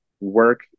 work